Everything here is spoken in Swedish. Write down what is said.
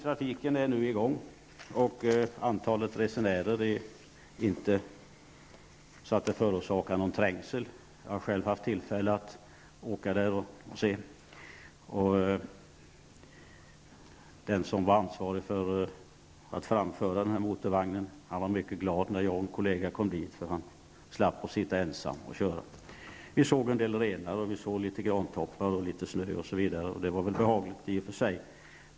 Trafiken är nu i gång, och antalet resenärer är inte så stort att det förorsakar någon trängsel. Jag har själv haft tillfälle att åka på banan, och den som var ansvarig för att framföra motorvagnen var mycket glad när jag och en kollega kom dit, eftersom han då slapp sitta ensam och köra. Vi såg en del renar, och vi såg en del grantoppar och litet snö, och det var väl behagligt i och för sig.